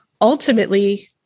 ultimately